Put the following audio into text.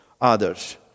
others